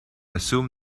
assume